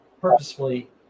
purposefully